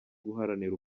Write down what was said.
guharanira